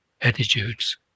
attitudes